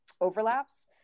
Overlaps